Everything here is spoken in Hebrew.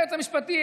היועץ המשפטי,